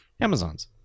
Amazon's